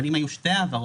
אבל אם היו שתי העברות,